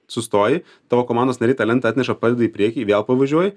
sustoji tavo komandos nariai tą lentą atneša padeda į priekį vėl pavažiuoji